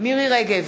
מירי רגב,